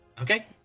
Okay